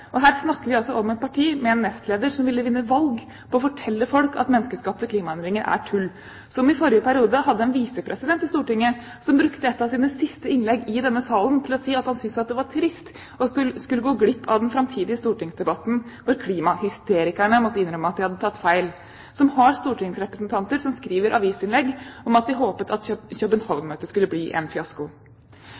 Her snakker vi om et parti med en nestleder som ville vinne valg på å fortelle folk at menneskeskapte klimaendringer er tull, som i forrige periode hadde en visepresident i Stortinget som brukte et av sine siste innlegg i denne salen til å si at han syntes det var trist å skulle gå glipp av den framtidige stortingsdebatten hvor klimahysterikerne måtte innrømme at de hadde tatt feil, og som har stortingsrepresentanter som skrev avisinnlegg om at de håpet at København-møtet skulle bli en fiasko.